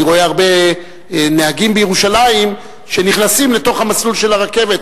אני רואה הרבה נהגים בירושלים שנכנסים לתוך המסלול של הרכבת.